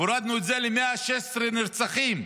והורדנו ל-116 נרצחים,